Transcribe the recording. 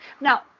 Now